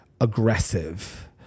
aggressive